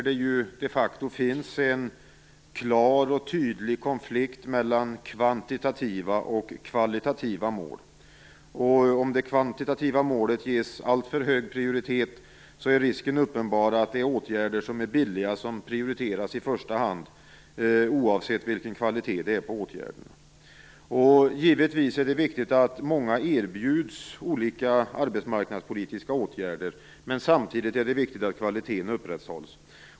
Det finns de facto en klar och tydlig konflikt mellan kvantitativa mål och kvalitativa mål. Om det kvantitativa målet ges alltför hög prioritet, är risken uppenbar att det blir åtgärder som är billiga som prioriteras i första hand - oavsett vilken kvalitet det är på åtgärderna. Givetvis är det viktigt att många erbjuds olika arbetsmarknadspolitiska åtgärder, men det är samtidigt viktigt att kvaliteten upprätthålls.